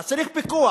אז צריך פיקוח.